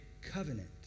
covenant